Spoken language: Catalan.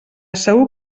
segur